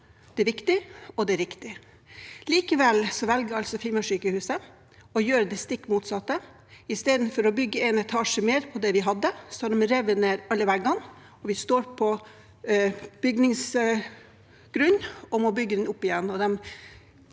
Det er viktig, og det er riktig. Likevel velger altså Finnmarkssykehuset å gjøre det stikk motsatte. Istedenfor å bygge en etasje mer på det de hadde, har de revet ned alle veggene. De står på bygningsgrunnen og må bygge opp igjen.